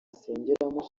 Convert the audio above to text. asengeramo